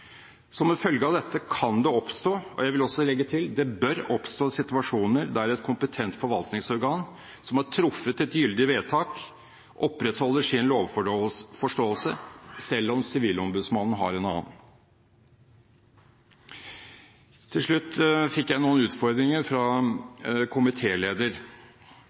Som en følge av dette kan det oppstå, og jeg vil legge til at det bør oppstå, situasjoner der et kompetent forvaltningsorgan som har truffet et gyldig vedtak, opprettholder sin lovforståelse, selv om Sivilombudsmannen har en annen. Til slutt: Jeg fikk noen utfordringer fra